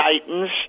Titans